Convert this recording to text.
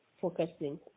focusing